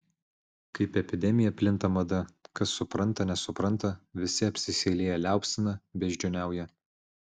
kaip epidemija plinta mada kas supranta nesupranta visi apsiseilėję liaupsina beždžioniauja